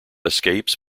escapes